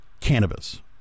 cannabis